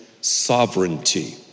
sovereignty